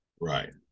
Right